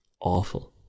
awful